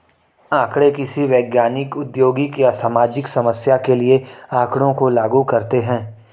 आंकड़े किसी वैज्ञानिक, औद्योगिक या सामाजिक समस्या के लिए आँकड़ों को लागू करते है